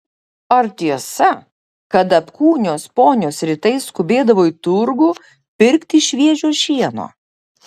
ar tiesa kad apkūnios ponios rytais skubėdavo į turgų pirkti šviežio šieno